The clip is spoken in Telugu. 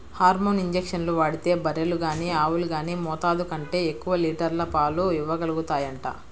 హార్మోన్ ఇంజక్షన్లు వాడితే బర్రెలు గానీ ఆవులు గానీ మోతాదు కంటే ఎక్కువ లీటర్ల పాలు ఇవ్వగలుగుతాయంట